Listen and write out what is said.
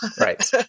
Right